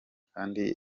kandi